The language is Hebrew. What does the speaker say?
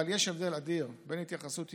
אבל יש הבדל אדיר בין התייחסות עניינית,